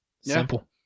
Simple